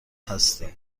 هستی